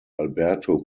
alberto